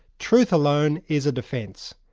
truth alone is a defence.